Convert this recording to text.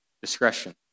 discretion